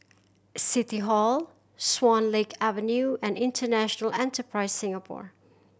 City Hall Swan Lake Avenue and International Enterprise Singapore